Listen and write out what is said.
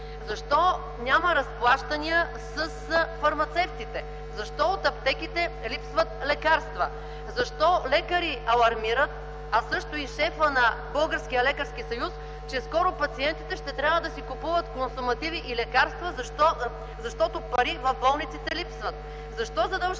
Защо няма разплащания с фармацевтите? Защо от аптеките липсват лекарства? Защо лекари алармират, а също и шефът на Българския лекарски съюз, че скоро пациентите ще трябва да си купуват консумативи и лекарства, защото пари в болниците липсват? Защо задълженията